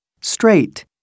Straight